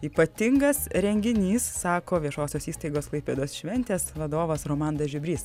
ypatingas renginys sako viešosios įstaigos klaipėdos šventės vadovas romandas žiubrys